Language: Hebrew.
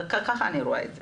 כך אני רואה את זה.